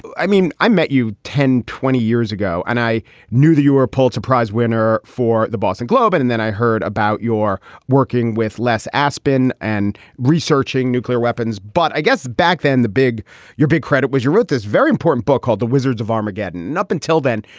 i mean, i met you ten, twenty years ago, and i knew that you were a pulitzer prize winner for the boston globe. but and then i heard about your working with less aspin and researching nuclear weapons. but i guess back then, the big your big credit was you wrote this very important book called the wizards of armageddon. up until then,